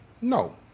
No